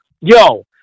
yo